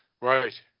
Right